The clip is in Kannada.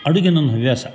ಅಡುಗೆ ನನ್ನ ಹವ್ಯಾಸ